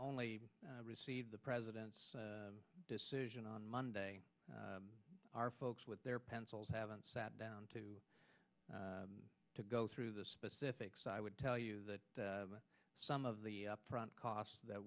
only received the president's decision on monday our folks with their pencils haven't sat down to to go through the specifics i would tell you that some of the up front costs that